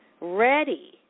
ready